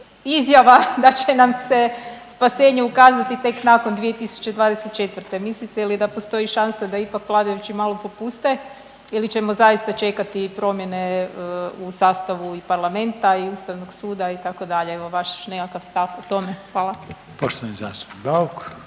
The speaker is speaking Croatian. izjava da će nam se spasenje ukazati tek nakon 2024. Mislite li da postoji šansa da ipak vladajući malo popuste ili ćemo zaista čekati promjene u sastavu i parlamenta i Ustavnog suda itd.? Evo vaš nekakav stav o tome. Hvala. **Reiner,